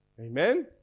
Amen